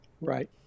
Right